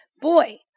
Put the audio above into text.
Boy